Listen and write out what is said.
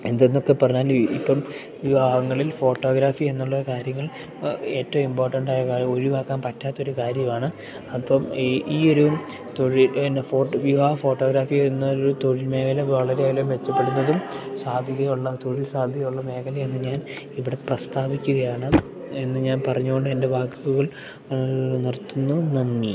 എന്തെന്നൊക്കെ പറഞ്ഞാലും ഇപ്പം വിവാഹങ്ങളിൽ ഫോട്ടോഗ്രാഫി എന്നുള്ള കാര്യങ്ങൾ ഏറ്റവും ഇമ്പോർട്ടന്റായതാണ് ഒഴിവാക്കാൻ പറ്റാത്തൊരു കാര്യവാണ് അപ്പം ഈ ഈ ഒരു തൊഴിൽ എൻ്റെ ഫോട്ടോ വിവാഹ ഫോട്ടോഗ്രാഫി എന്നൊരു തൊഴിൽ മേഖല വളരെ കാലം മെച്ചപ്പെടുന്നതും സാധ്യത ഉള്ള തൊഴിൽ സാധ്യത ഉള്ള മേഖലയെന്ന് ഞാൻ ഇവിടെ പ്രസ്താപിക്കുകയാണ് എന്ന് ഞാൻ പറഞ്ഞുകൊണ്ട് തന്നെ എൻ്റെ വാക്കുകൾ നിർത്തുന്നു നന്ദി